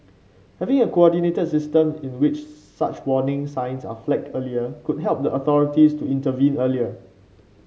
having a coordinated system in which such warning signs are flagged earlier could help the authorities to intervene earlier